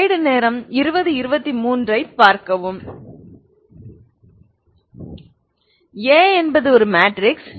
A என்பது matrix